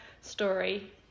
story